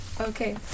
Okay